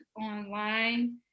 online